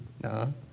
No